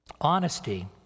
honesty